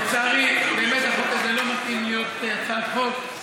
לצערי, באמת, החוק הזה לא מתאים להיות הצעת חוק.